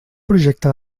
projecte